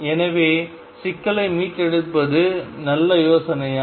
எனவே சிக்கலை மீட்டெடுப்பது நல்ல யோசனையா